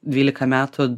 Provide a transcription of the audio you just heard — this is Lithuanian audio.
dvylika metų